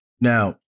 Now